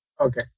Okay